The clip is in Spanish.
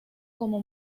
como